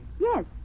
Yes